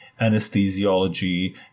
anesthesiology